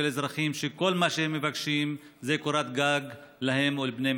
אזרחים שכל מה שהם מבקשים זה קורת גג להם ולבני משפחותיהם.